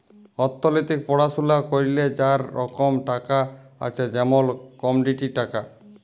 অথ্থলিতিক পড়াশুলা ক্যইরলে চার রকম টাকা আছে যেমল কমডিটি টাকা